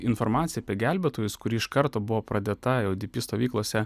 informacija apie gelbėtojus kuri iš karto buvo pradėta jau dp stovyklose